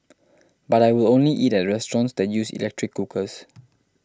but I will only eat at restaurants the use electric cookers